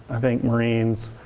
i think marines.